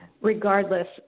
regardless